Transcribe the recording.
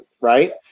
right